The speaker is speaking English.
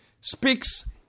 speaks